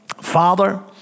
Father